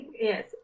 yes